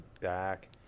back